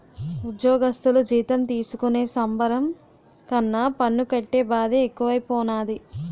ఉజ్జోగస్థులు జీతం తీసుకునే సంబరం కన్నా పన్ను కట్టే బాదే ఎక్కువైపోనాది